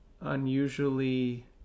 unusually